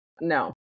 no